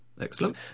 Excellent